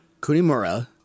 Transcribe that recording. Kunimura